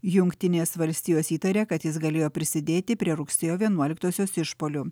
jungtinės valstijos įtaria kad jis galėjo prisidėti prie rugsėjo vienuoliktosios išpuolių